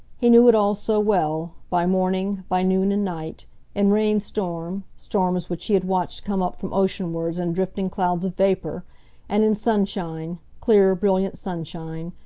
he knew it all so well, by morning, by noon and night in rainstorm, storms which he had watched come up from oceanwards in drifting clouds of vapour and in sunshine, clear, brilliant sunshine,